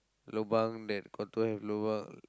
lobang that don't have lobang